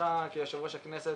בתפקידך כיושב-ראש הכנסת